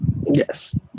yes